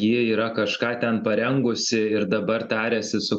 ji yra kažką ten parengusi ir dabar tariasi su